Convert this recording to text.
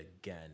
again